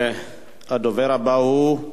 הדובר הבא בעצם הוא שיענה